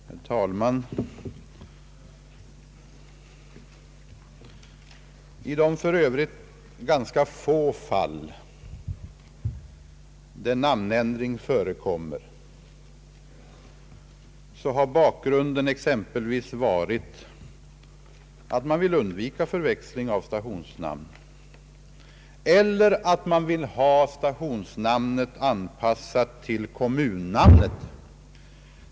Herr talman! I de för övrigt ganska få fall där namnändring förekommit har bakgrunden exempelvis varit att man önskat undvika förväxling av stationsnamn eller att man försökt anpassa stationsnamnet till kommunnamnet.